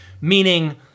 meaning